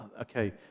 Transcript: okay